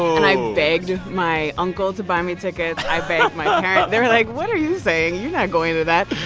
and i begged my uncle to buy me tickets. i begged my parents. they were like, what are you saying? you're not going to that.